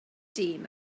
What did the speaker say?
dyn